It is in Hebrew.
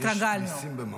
התרגלנו.